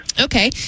okay